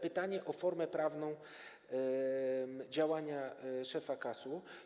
Pytanie o formę prawną działania szefa KAS.